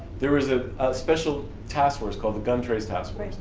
there was a special task force called the gun trace task